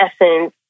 Essence